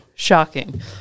Shocking